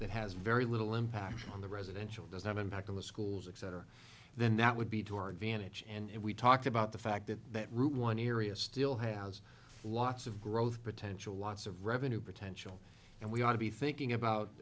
that has very little impact on the residential does not impact on the schools etc then that would be to our advantage and we talked about the fact that that route one area still has lots of growth potential lots of revenue potential and we ought to be thinking about